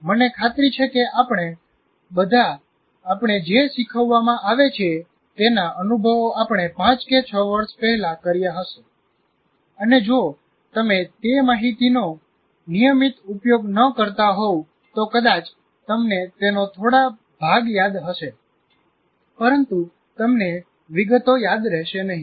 મને ખાતરી છે કે આપણે બધા આપણે જે શીખવવામાં આવે છે તેના અનુભવો આપણે 5 કે 6 વર્ષ પહેલા કર્યા હશે અને જો તમે તે માહિતીનો નિયમિત ઉપયોગ ન કરતા હોવ તો કદાચ તમને તેનો થોડો ભાગ યાદ હશે પરંતુ તમને વિગતો યાદ રહેશે નહીં